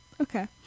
okay